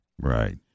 Right